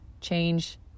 change